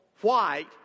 white